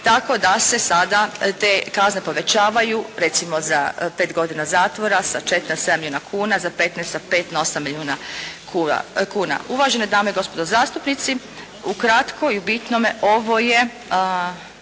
tako da se sada te kazne povećavaju recimo za peto godina zatvora sa četiri na sedam milijuna kuna, za petnaest sa pet na osam milijuna kuna. Uvažene dame i gospodo zastupnici! Ukratko i u bitnome ovo je